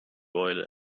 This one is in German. eule